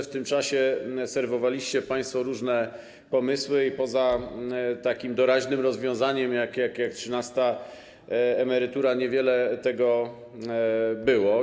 W tym czasie serwowaliście państwo różne pomysły i poza takim doraźnym rozwiązaniem jak trzynasta emerytura niewiele tego było.